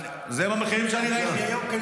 אלה המחירים שאני ראיתי.